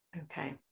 Okay